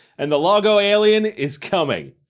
and the laugo alien is coming!